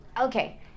okay